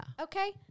Okay